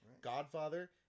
Godfather